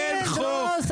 אין חוק, אין חוק.